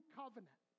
covenant